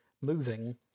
moving